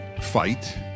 fight